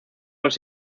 los